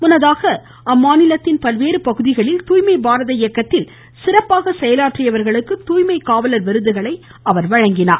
முன்னதாக மாநிலத்தின் பல்வேறு பகுதிகளில் தூய்மை பாரத இயக்கத்தில் சிறப்பாக செயலாற்றியவர்களுக்கு தூய்மை காவலர் விருதுகளை அவர் வழங்கினார்